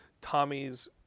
Tommy's